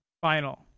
final